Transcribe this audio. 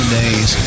days